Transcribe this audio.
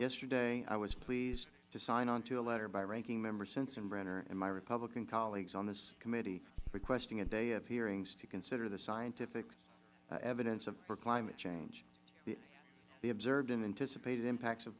yesterday i was pleased to sign onto a letter by ranking member sensenbrenner and my republican colleagues on this committee requesting a day of hearings to consider the scientific evidence for climate change the observed and anticipated impacts of